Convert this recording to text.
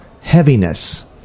heaviness